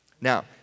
Now